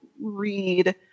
read